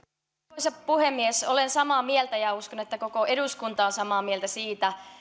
arvoisa puhemies olen samaa mieltä ja uskon että koko eduskunta on samaa mieltä siitä